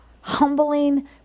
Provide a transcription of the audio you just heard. humbling